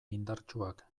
indartsuak